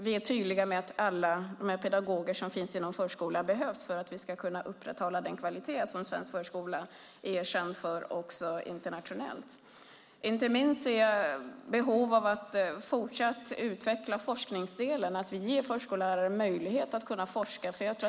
Vi är tydliga med att alla pedagoger som finns inom förskolan behövs för att vi ska upprätthålla den kvalitet svensk förskola är känd för internationellt. Inte minst ser jag behov av att fortsatt utveckla forskningsdelen, att ge förskollärare möjlighet att forska.